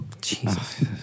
Jesus